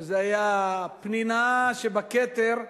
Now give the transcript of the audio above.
שזה היה הפנינה שבכתר,